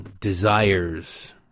desires